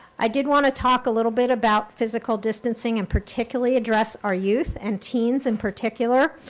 i did wanna talk a little bit about physical distancing and particularly address our youth, and teens in particular.